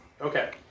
Okay